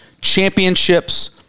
championships